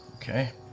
Okay